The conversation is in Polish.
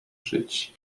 żyć